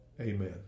Amen